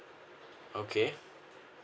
okay